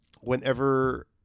whenever